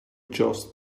just